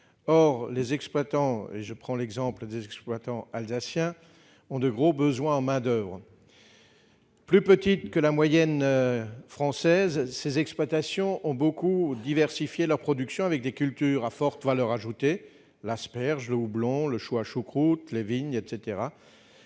euros par mois et par un salarié. Or les exploitants alsaciens ont de gros besoins en main-d'oeuvre. Plus petites que la moyenne française, leurs exploitations ont beaucoup diversifié leur production, avec des cultures à forte valeur ajoutée comme l'asperge, le houblon, le chou à choucroute, la vigne.